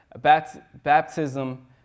baptism